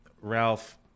Ralph